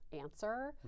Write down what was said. answer